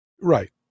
Right